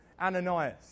Ananias